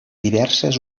diverses